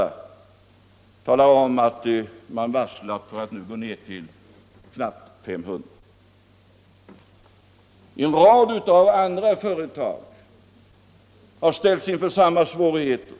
Man berättade nu att företaget varslat om att minska personalstyrkan till knappt 500. En rad andra företag har ställts inför samma svårigheter.